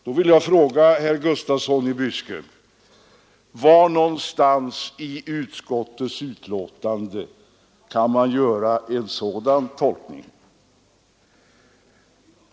Då vill jag fråga herr Gustafsson i Byske: Var någonstans i utskottets betänkande kan man finna underlag för en sådan tolkning?